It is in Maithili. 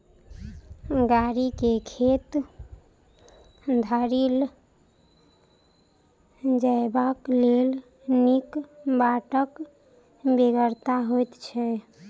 गाड़ी के खेत धरि ल जयबाक लेल नीक बाटक बेगरता होइत छै